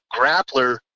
grappler